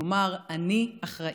ויאמר: אני אחראי.